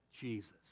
Jesus